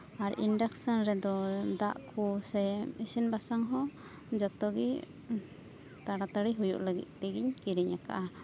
ᱟᱨ induction ᱨᱮᱫᱚ ᱫᱟᱜ ᱠᱚᱥᱮ ᱤᱥᱤᱱ ᱵᱟᱥᱟᱝ ᱦᱚᱸ ᱡᱚᱛᱚᱜᱮ ᱛᱟᱲᱟᱛᱟᱹᱲᱤ ᱦᱩᱭᱩᱜ ᱞᱟᱹᱜᱤᱫ ᱛᱮᱜᱮᱧ ᱠᱤᱨᱤᱧ ᱠᱟᱜᱼᱟ